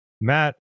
Matt